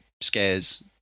scares